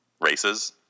races